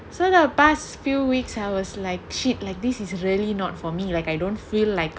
so the past few weeks weeks I was like shit like this is really not for me like I don't feel like